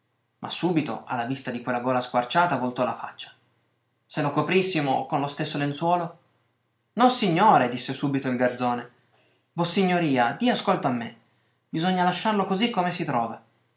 ma subito alla vista di quella gola squarciata voltò la faccia se lo coprissimo con lo stesso lenzuolo nossignore disse subito il garzone vossignoria dia ascolto a me bisogna lasciarlo così come si trova